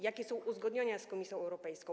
Jakie są uzgodnienia z Komisją Europejską?